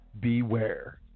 Beware